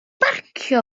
barcio